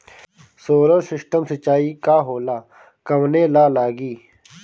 Solar system सिचाई का होला कवने ला लागी?